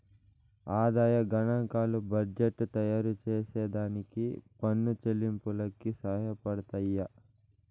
ఆదాయ గనాంకాలు బడ్జెట్టు తయారుచేసే దానికి పన్ను చెల్లింపులకి సహాయపడతయ్యి